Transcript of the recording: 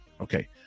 Okay